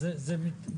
להכניס